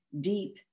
deep